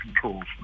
controls